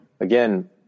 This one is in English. again